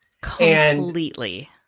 Completely